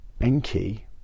Enki